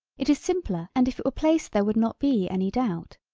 it is simpler and if it were placed there would not be any doubt.